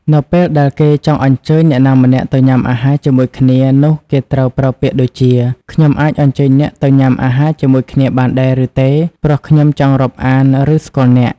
នៅពេលដែលគេចង់អញ្ចើញអ្នកណាម្នាក់ទៅញ៊ាំអាហារជាមួយគ្នានោះគេត្រូវប្រើពាក្យដូចជា "ខ្ញុំអាចអញ្ជើញអ្នកទៅញ៉ាំអាហារជាមួយគ្នាបានដែរ ឬទេ ព្រោះខ្ញុំចង់រាប់អាន ឬស្គាល់អ្នក" ។